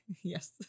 Yes